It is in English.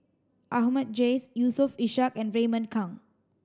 Ahmad Jais Yusof Ishak and Raymond Kang